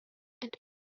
and